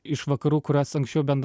iš vakarų kurios anksčiau bend